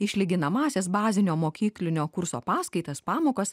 išlyginamąsias bazinio mokyklinio kurso paskaitas pamokas